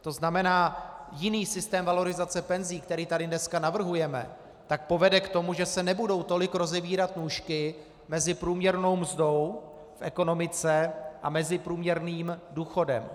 To znamená, jiný systém valorizace penzí, který tady dneska navrhujeme, povede k tomu, že se nebudou tolik rozevírat nůžky mezi průměrnou mzdou v ekonomice a průměrným důchodem.